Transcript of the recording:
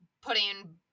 putting